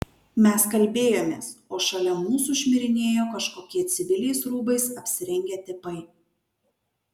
mes kalbėjomės o šalia mūsų šmirinėjo kažkokie civiliais rūbais apsirengę tipai